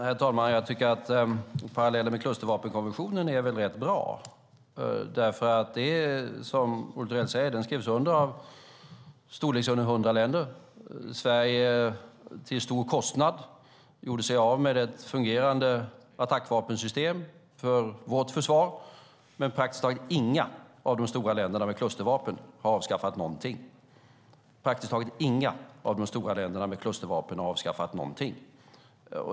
Herr talman! Jag tycker att parallellen med klustervapenkonventionen är rätt bra, för som Olle Thorell säger skrevs den under av i storleksordningen hundra länder. Sverige gjorde sig till stor kostnad av med ett fungerande attackvapensystem för vårt försvar, men praktiskt taget inga av de stora länderna med klustervapen har avskaffat någonting.